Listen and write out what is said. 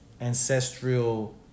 ancestral